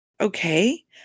Okay